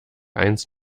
eins